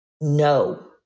no